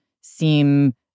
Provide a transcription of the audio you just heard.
seem